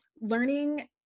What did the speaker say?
learning